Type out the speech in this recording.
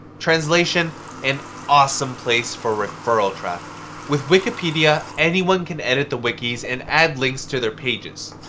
translation an awesome place for referral traffic. with wikipedia, anyone can edit the wikis and add links to their pages.